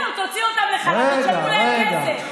לא, זהו, תוציאו אותם לחל"ת, תשלמו להם כסף.